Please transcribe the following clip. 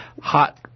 hot